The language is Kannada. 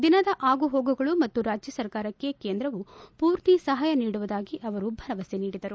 ದಿನದ ಆಗುಹೋಗುಗಳು ಮತ್ತು ರಾಜ್ಯ ಸರ್ಕಾರಕ್ಕೆ ಕೇಂದ್ರವು ಸಂಪೂರ್ಣ ಸಹಾಯ ನೀಡುವುದಾಗಿ ಅವರು ಭರವಸೆ ನೀಡಿದರು